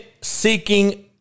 seeking